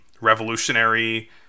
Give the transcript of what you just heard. revolutionary